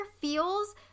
feels